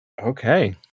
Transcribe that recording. Okay